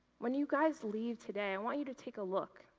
when you guys leave today, i want you to take a look,